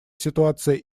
ситуация